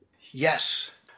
Yes